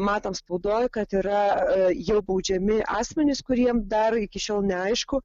matom spaudoj kad yra jau baudžiami asmenys kuriem dar iki šiol neaišku